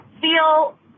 feel